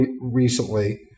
recently –